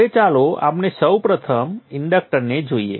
હવે ચાલો આપણે સૌ પ્રથમ ઇન્ડક્ટરને જોઈએ